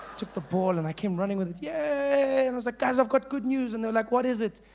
took the ball and i came running with it, yay and was like, guys i've got good news and they are like, what is it?